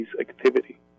activity